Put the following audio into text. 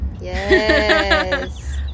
Yes